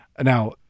now